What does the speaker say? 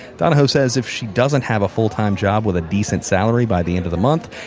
donahoe said if she doesn't have a full-time job with a decent salary by the end of the month,